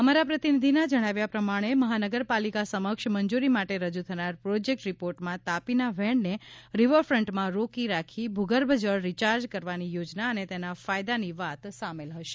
અમારા પ્રતિનિધિના જણાવ્યા પ્રમાણે મહાનગરપાલિકા સમક્ષ મંજૂરી માટે રજૂ થનાર પ્રોજેક્ટ રીપોર્ટમાં તાપીના વહેણને રીવરફન્ટમાં રોકી રાખી ભૂગર્ભજળ રીચાર્જ કરવાની યોજના અને તેના ફાયદાની વાત સામેલ હશે